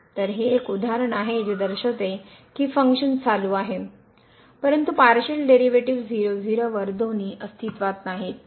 तर हे एक उदाहरण आहे जे दर्शविते की फंक्शन चालू आहे परंतु पार्शिअल डेरीवेटीव 0 0 वर दोन्ही अस्तित्त्वात नाहीत